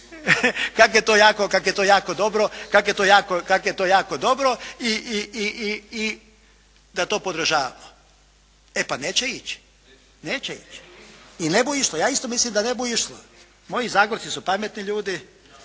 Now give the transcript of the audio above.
kako je to jako dobro i da to podržavamo. E, pa neće ići. I ne bu išlo, ja isto mislim da ne bu išlo. Moji Zagorci su pametni ljudi,